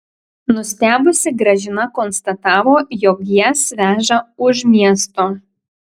nustebusi gražina konstatavo jog jas veža už miesto